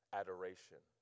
adoration